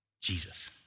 Jesus